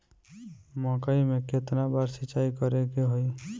मकई में केतना बार सिंचाई करे के होई?